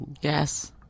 Yes